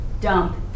dump